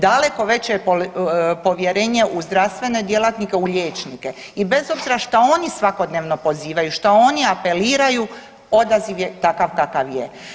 Daleko veće povjerenje je u zdravstvene djelatnike, u liječnike i bez obzira šta oni svakodnevno pozivaju, šta oni apeliraju, odaziv je takav kakav je.